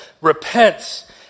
repents